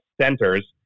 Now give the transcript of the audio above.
centers